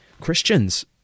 Christians